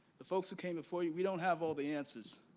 the folks who came before you, we don't have all the answers.